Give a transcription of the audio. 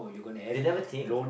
they never think